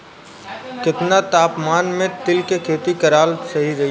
केतना तापमान मे तिल के खेती कराल सही रही?